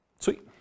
Sweet